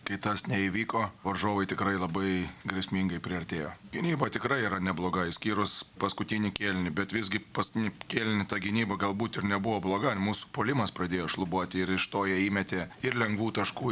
kai tas neįvyko varžovai tikrai labai grėsmingai priartėjo gynyba tikrai yra nebloga išskyrus paskutinį kėlinį bet visgi paskutinį kėlinį ta gynyba galbūt ir nebuvo bloga mūsų puolimas pradėjo šlubuoti ir iš to jie įmetė ir lengvų taškų